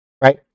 right